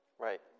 Right